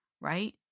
right